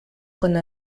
cuando